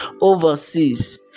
overseas